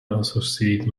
associate